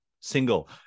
single